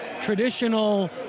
traditional